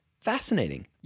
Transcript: Fascinating